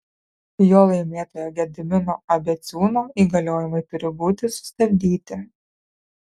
jo laimėtojo gedimino abeciūno įgaliojimai turi būti sustabdyti